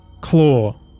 claw